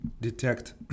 detect